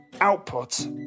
output